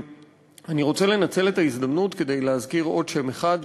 אני רוצה לנצל את ההזדמנות כדי להזכיר עוד שם אחד,